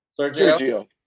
Sergio